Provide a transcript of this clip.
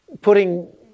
putting